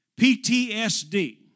PTSD